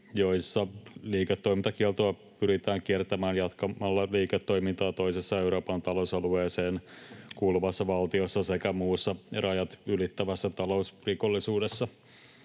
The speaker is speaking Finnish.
joissa liiketoimintakieltoa pyritään kiertämään jatkamalla liiketoimintaa toisessa Euroopan talousalueeseen kuuluvassa valtiossa sekä muussa rajat ylittävässä talousrikollisuudessa.